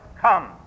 come